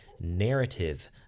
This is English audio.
narrative